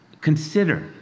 consider